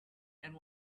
and